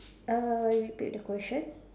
err repeat the question